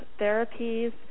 therapies